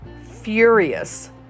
furious